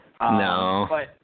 No